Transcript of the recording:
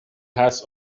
hearts